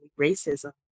racism